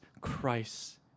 Christ